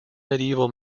medieval